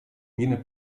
viene